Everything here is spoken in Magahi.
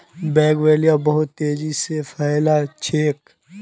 बोगनवेलिया बहुत तेजी स फैल छेक